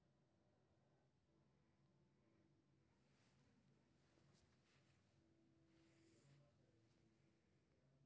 बकाया ऋण राशि के जानकारी व्यक्तिगत रूप सं बैंक मे जाके सेहो पता कैल जा सकैए